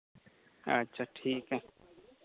ᱟᱪᱪᱷᱟ ᱴᱷᱤᱠᱼᱟ